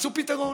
מצאו פתרון,